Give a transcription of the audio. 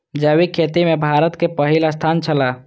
जैविक खेती में भारत के पहिल स्थान छला